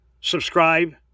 subscribe